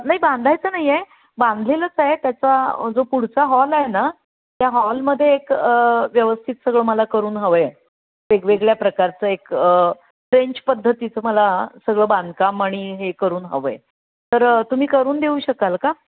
नाही बांधायचं नाही आहे बांधलेलंच आहे त्याचा जो पुढचा हॉल आहे ना त्या हॉलमध्ये एक व्यवस्थित सगळं मला करून हवं आहे वेगवेगळ्या प्रकारचं एक फ्रेंच पद्धतीचं मला सगळं बांधकाम आणि हे करून हवं आहे तर तुम्ही करून देऊ शकाल का